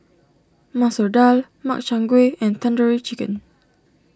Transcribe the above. Masoor Dal Makchang Gui and Tandoori Chicken